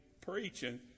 preaching